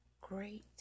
great